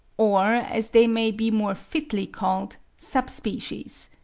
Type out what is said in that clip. or as they may be more fitly called, sub-species.